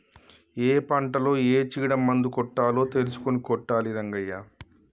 ఏ పంటలో ఏ చీడ మందు కొట్టాలో తెలుసుకొని కొట్టాలి రంగయ్య